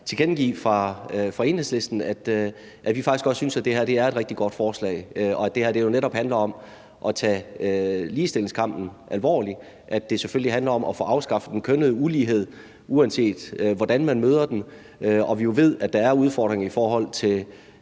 tilkendegive fra Enhedslistens side, at vi faktisk også synes, det her er et rigtig godt forslag, og at det her jo netop handler om at tage ligestillingskampen alvorligt – at det selvfølgelig handler om at få afskaffet den kønnede ulighed, uanset hvordan man møder den. Vi ved jo, at der er udfordringer i forhold til